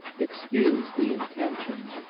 excuse the intention.